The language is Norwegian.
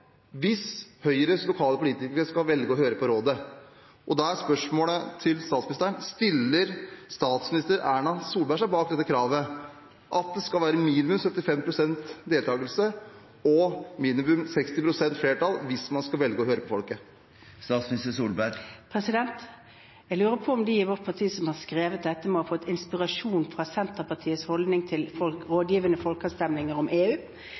hvis Høyres lokale politikere skal velge å høre på rådet. Da er spørsmålet til statsministeren: Stiller statsminister Erna Solberg seg bak dette kravet om at det skal være minimum 75 pst. deltagelse og minimum 60 pst. flertall hvis man skal velge å høre på folket? Jeg lurer på om de i vårt parti som har skrevet dette, har fått inspirasjon fra Senterpartiets holdning til rådgivende folkeavstemninger om EU.